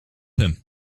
him